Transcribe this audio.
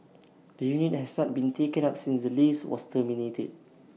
the unit has not been taken up since the lease was terminated